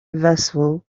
vessel